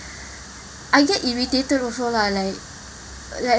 I get irritated also lah like like